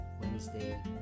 Wednesday